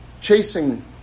chasing